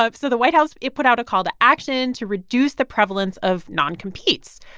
ah so the white house, it put out a call to action to reduce the prevalence of non-competes,